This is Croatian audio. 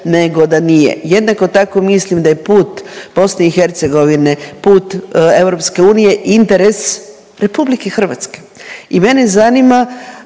nego da nije. Jednako tako mislim da je put BiH put EU interes RH. I mene zanima